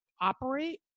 operate